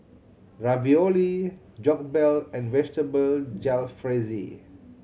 Ravioli Jokbal and Vegetable Jalfrezi